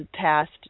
passed